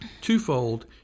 twofold